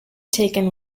taken